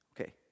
Okay